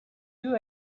you